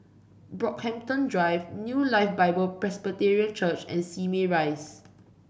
Brockhampton Drive New Life Bible Presbyterian Church and Simei Rise